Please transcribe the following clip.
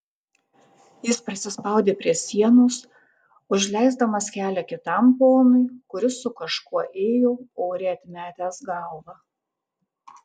jis prisispaudė prie sienos užleisdamas kelią kitam ponui kuris su kažkuo ėjo oriai atmetęs galvą